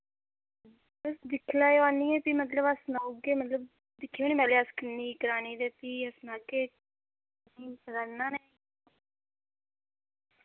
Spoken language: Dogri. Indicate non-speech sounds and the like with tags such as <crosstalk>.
तुस दिक्ख लैयो आह्नियै फ्ही मतलब अस सनाउगे मतलब दिक्खेओ नि पैह्लै अस किन्नी करानी ते फ्ही अस सनागे <unintelligible>